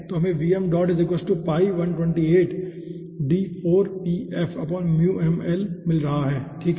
तो हमें मिल रहा है ठीक है